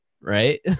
right